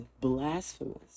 blasphemous